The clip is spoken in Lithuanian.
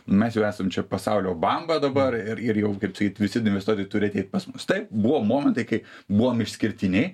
mes jau esam čia pasaulio bamba dabar ir ir jau kaip sakyt visi investuotojai turi ateit pas mus taip buvo momentai kai buvom išskirtiniai